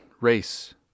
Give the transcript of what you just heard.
race